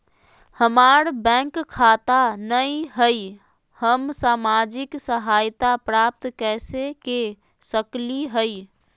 हमार बैंक खाता नई हई, हम सामाजिक सहायता प्राप्त कैसे के सकली हई?